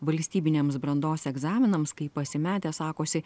valstybiniams brandos egzaminams kai pasimetę sakosi